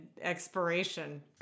expiration